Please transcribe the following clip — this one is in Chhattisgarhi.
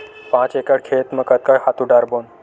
पांच एकड़ खेत म कतका खातु डारबोन?